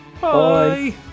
Bye